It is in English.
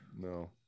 No